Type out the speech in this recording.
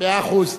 מאה אחוז.